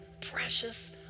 precious